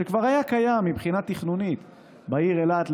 שכבר היה קיים מבחינה תכנונית בעיר אילת,